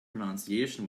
pronunciation